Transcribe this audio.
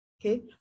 Okay